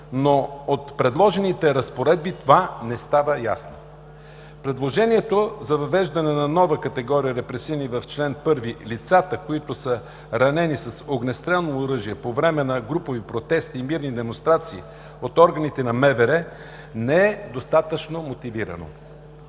но от предложените разпоредби това не става ясно. Предложението за въвеждане на нова категория репресирани в чл. 1 – лицата, които са ранени с огнестрелно оръжие по време на групови протести и мирни демонстрации от органите на МВР, не е достатъчно мотивирано.